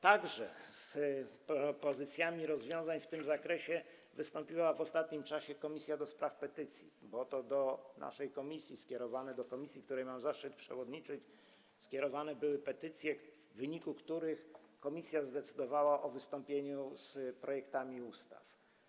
Także z propozycjami rozwiązań w tym zakresie wystąpiła w ostatnim czasie Komisja do Spraw Petycji, bo to do naszej komisji, do komisji, której mam zaszczyt przewodniczyć, skierowane były petycje, w wyniku których komisja zdecydowała o wystąpieniu z projektami ustaw.